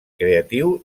creatiu